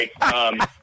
right